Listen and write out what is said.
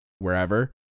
Wherever